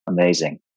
Amazing